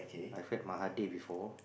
I've read Mahatir before